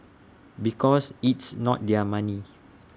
because it's not their money